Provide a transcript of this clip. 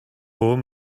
home